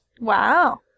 Wow